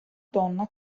donna